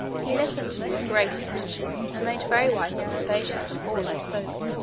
he listened to me with great attention, and made very wise observations on all i spoke.